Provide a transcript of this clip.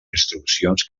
instruccions